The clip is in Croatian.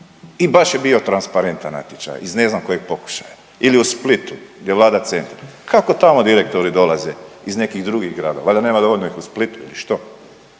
i baš je bio transparentan natječaj iz ne znam kojeg pokušaja. Ili u Splitu gdje vlada Centar. Kako tamo direktori dolaze iz nekih drugih gradova. Valjda nema ih dovoljno u Splitu ili što?